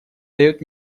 дает